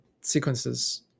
sequences